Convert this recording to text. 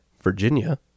Virginia